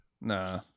Nah